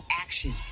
action